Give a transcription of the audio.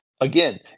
again